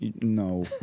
no